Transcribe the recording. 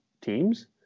teams